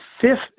fifth